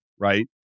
Right